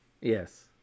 Yes